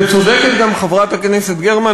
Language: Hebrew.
צודקת גם חברת הכנסת גרמן,